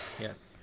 Yes